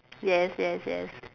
yes yes yes